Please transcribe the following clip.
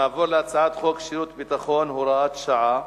נעבור להצעת חוק שירות ביטחון (הוראת שעה)